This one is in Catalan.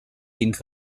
dins